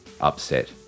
upset